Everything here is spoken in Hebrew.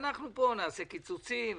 ואנחנו פה נעשה קיצוצים,